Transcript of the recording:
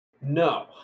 No